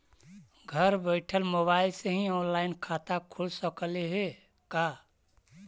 घर बैठल मोबाईल से ही औनलाइन खाता खुल सकले हे का?